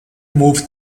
moved